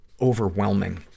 overwhelming